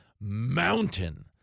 mountain